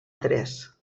tres